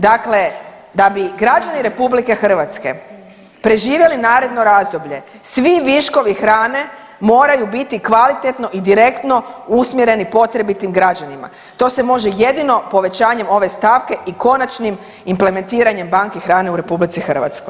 Dakle, da bi građani RH preživjeli naredno razdoblje svi viškovi hrane moraju biti kvalitetno i diskretno usmjereni potrebitim građanima, to se može jedino povećanjem ove stavke i konačnim implementiranjem banki hrane u RH.